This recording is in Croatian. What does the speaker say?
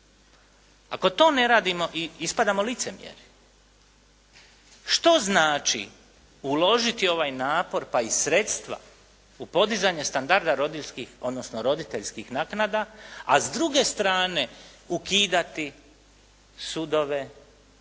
Ako to ne radimo ispadamo licemjeri. Što znači uložiti ovaj napor pa i sredstva u podizanje standarda rodiljskih odnosno roditeljskih naknada a s druge strane ukidati sudove, ukidati